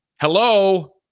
Hello